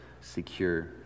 secure